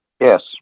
Yes